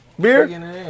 Beer